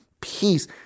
peace